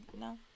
no